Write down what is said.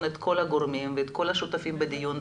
את כל הגורמים ואת כל השותפים בדיון,